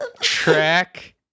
Track